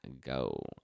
go